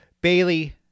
Bailey